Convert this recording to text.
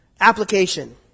Application